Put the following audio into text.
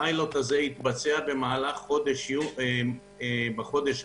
הפיילוט יתבצע במהלך חודש יוני 2020